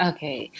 Okay